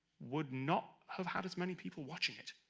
would not have had as many people watching it,